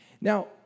Now